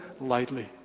lightly